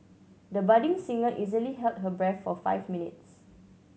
the budding singer easily held her breath for five minutes